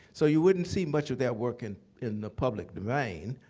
so you wouldn't see much of their work in in the public domain.